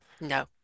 No